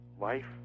life